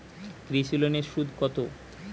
কৃষি লোনের সুদ কত?